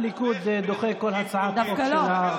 טוב,